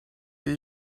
wie